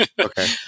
Okay